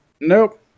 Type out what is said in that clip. Nope